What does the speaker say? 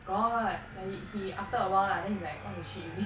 got like he he after awhile lah then he's like what the shit